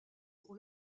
pour